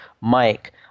Mike